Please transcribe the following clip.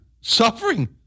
Suffering